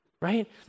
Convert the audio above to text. Right